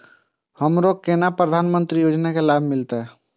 हमरो केना प्रधानमंत्री योजना की लाभ मिलते?